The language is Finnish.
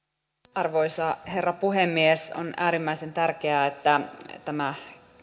arvoisa herra puhemies on äärimmäisen tärkeää että tämä